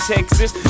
Texas